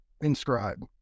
inscribe